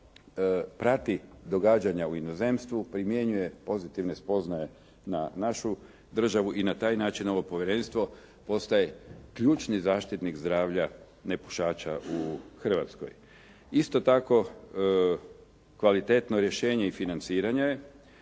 prati događanja u inozemstvu, primjenjuje pozitivne spoznaje na našu državu i na taj način ovo povjerenstvo postaje ključni zaštitnik zdravlja nepušača u Hrvatskoj. Isto tako kvalitetno rješenje i financiranje,